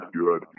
good